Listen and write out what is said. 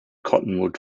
cottonwood